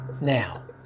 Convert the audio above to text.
Now